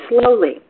slowly